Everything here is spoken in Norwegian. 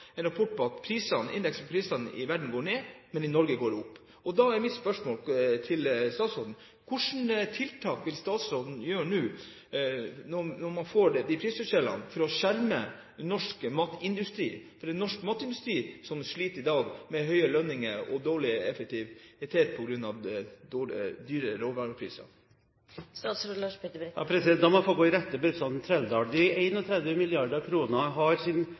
en rapport som viser at prisindeksen i verden går ned, mens den i Norge går opp. Da er mitt spørsmål til statsråden: Hvilke tiltak vil statsråden nå gjøre for å skjerme norsk matvareindustri, når man får disse prisforskjellene? Norsk matvareindustri sliter i dag med høye lønninger og dårlig effektivitet på grunn av høye råvarepriser. La meg få gå i rette med representanten Trældal. De 31 mrd. kr har sin